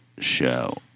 show